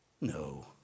No